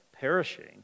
perishing